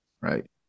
right